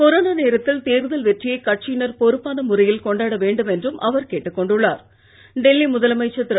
கொரோனாநேரத்தில்தேர்தல்வெற்றியைகட்சியினர்பொறுப்பானழுறையி ல்கொண்டாடவேண்டும்என்றும்அவர்கேட்டுக்கொண்டுள்ளார் டெல்லிமுதலமைச்சர்திரு